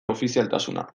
ofizialtasuna